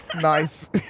Nice